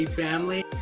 family